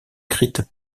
écrites